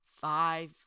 five